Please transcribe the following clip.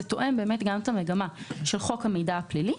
וזה תואם גם את המגמה של חוק המידע הפלילי.